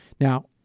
Now